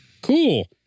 Cool